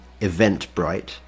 Eventbrite